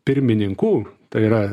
pirmininkų tai yra